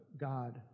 God